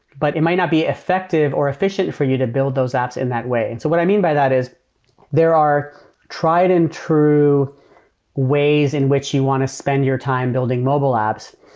but it might not be effective or efficient for you to build those apps in that way. and so what i mean by that is there are tried-and-true ways in which you want to spend your time building mobile apps.